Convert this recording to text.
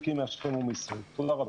תודה רבה.